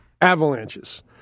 Avalanches